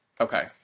Okay